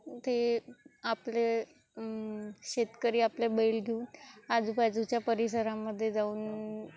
ते आपले शेतकरी आपल्या बैल घेऊन आजूबाजूच्या परिसरामध्ये जाऊन